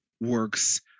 works